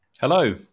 Hello